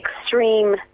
extreme